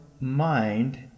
mind